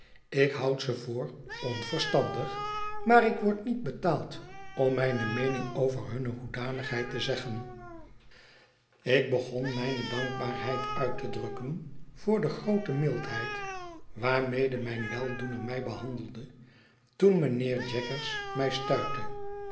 ik houd ze voor onverstandig maar ik word niet betaald om mijne meening over hunne hoedanigheid te zeggen ik begon mijne dankbaarheid uit te drukken voor de groote mildheid waarmede mijn weldoener mij behandelde toen mijnheer jaggers mij stuitte